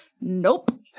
nope